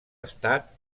estat